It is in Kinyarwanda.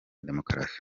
demokarasi